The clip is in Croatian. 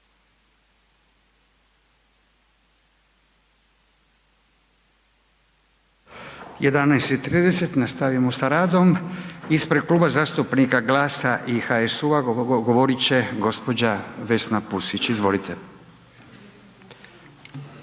11,30 nastavljamo sa radom. Ispred Kluba zastupnika GLAS-a i HSU-a govoriti će gospođa Vesna Pusić. Izvolite.